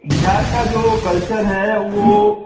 बिहार का जो कल्चर है वह